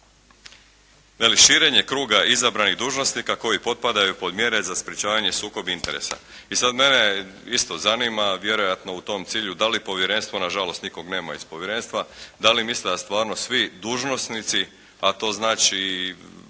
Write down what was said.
širenje kruga izabranih dužnosnika koji potpadaju pod mjere za sprečavanje sukoba interesa. I sad mene isto zanima, vjerojatno u tom cilju da li povjerenstvo, na žalost nikog nema iz povjerenstva, da li misle da stvarno svi dužnosnici, a to znači